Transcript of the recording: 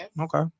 Okay